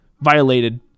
violated